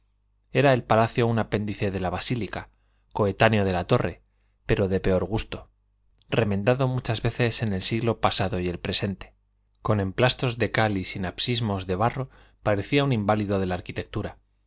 era el palacio un apéndice de la basílica coetáneo de la torre pero de peor gusto remendado muchas veces en el siglo pasado y el presente con emplastos de cal y sinapismos de barro parecía un inválido de la arquitectura